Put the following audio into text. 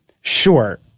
sure